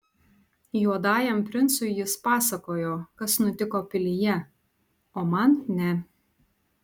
juodajam princui jis pasakojo kas nutiko pilyje o man ne